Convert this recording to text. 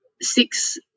six